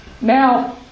Now